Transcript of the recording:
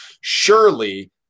surely